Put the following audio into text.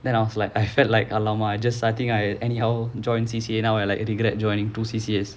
then I was like I felt like !alamak! just I think I anyhow join C_C_A now I like regret joining two C_C_A